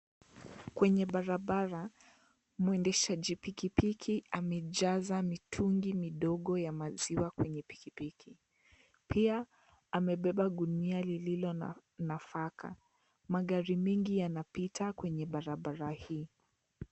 Kwenye barabara, mwendeshaji pikipiki amejaza mitungi midogo ya maziwa kwenye pikipiki, pia, amebeba gunia lililo na nafaka, magari mengi yanapita kwenye barabara hii.